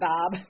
Bob